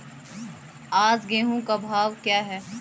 आज गेहूँ का भाव क्या है?